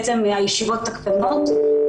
הם בעצם הישיבות הקטנות,